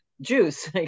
juice